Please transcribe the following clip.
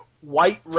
White